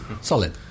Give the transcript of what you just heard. solid